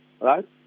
right